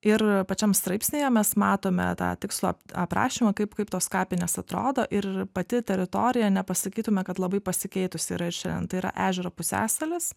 ir pačiam straipsnyje mes matome tą tikslo aprašymą kaip kaip tos kapinės atrodo ir pati teritorija nepasakytume kad labai pasikeitusi yra ir šiandien tai yra ežero pusiasalis